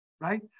right